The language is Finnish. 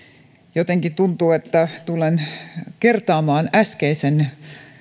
jotenkin tuntuu että tulen kertaamaan äskeisen